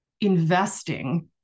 investing